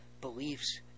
beliefs